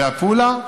בעפולה?